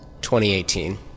2018